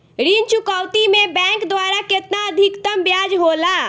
ऋण चुकौती में बैंक द्वारा केतना अधीक्तम ब्याज होला?